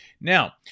Now